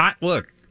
look